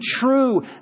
true